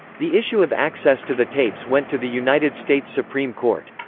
the issue of access to the tapes went to the united states supreme court.